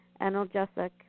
analgesic